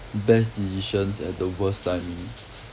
best decisions at the worst timing